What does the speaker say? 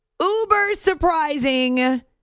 uber-surprising